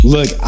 Look